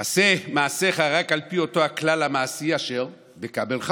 עשה מעשיך רק על פי אותו הכלל המעשי אשר בקבלך